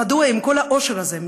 עם כל העושר הזה,